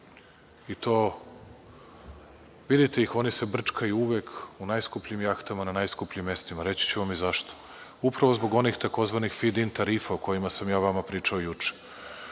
smeta. Vidite ih, oni se brčkaju uvek u najskupljim jahtama, na najskupljim mestima. Reći ću vam i zašto. Upravo zbog onih tzv. fid-in tarifa, o kojima sam ja vama pričao juče,